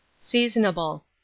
seasonable